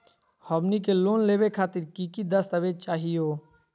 हमनी के लोन लेवे खातीर की की दस्तावेज चाहीयो?